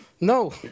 no